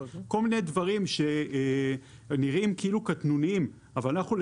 וכל מיני דברים שנראים כאילו קטנוניים אבל אנחנו,